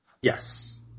Yes